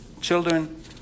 children